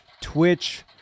Twitch